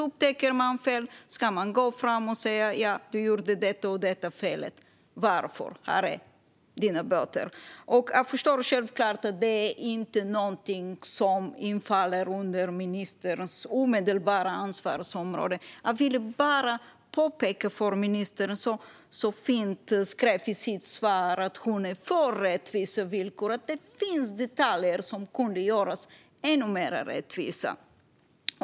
Upptäcker man däremot fel ska man gå fram och säga: Du gjorde det och det felet. Här är dina böter. Jag förstår att detta inte faller under ministerns omedelbara ansvarsområde. Jag ville bara påpeka för ministern, som så fint sa i sitt svar att hon är för rättvisa villkor, att det finns detaljer som kan göras ännu mer rättvisa.